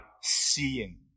seeing